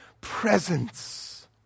presence